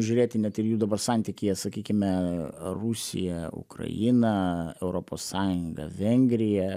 žiūrėti ne ir jų dabar santykyje sakykime rusija ukraina europos sąjunga vengrija